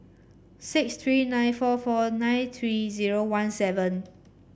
six three nine four four nine three zero one seven